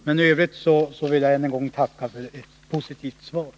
Men i övrigt vill jag än en gång tacka för det positiva svaret.